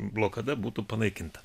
blokada būtų panaikinta